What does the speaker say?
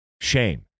shame